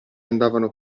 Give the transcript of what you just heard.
andavano